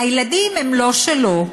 הילדים הם לא שלו,